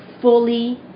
fully